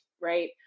right